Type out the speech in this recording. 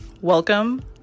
welcome